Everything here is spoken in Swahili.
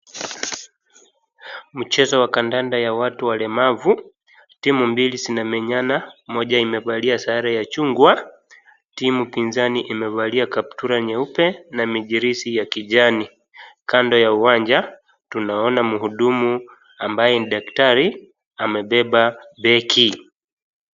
Mchezo wa kandanda wa watu walemavu timu mbili zinamenyana moja imevalia sare ya chungwa timu pinzani imevalia kaptura nyeupe na mijirisi ya kijani. Kando ya uwanja tunaona mhudumu ambaye ni daktari amebeba deki.